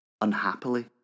Unhappily